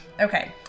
Okay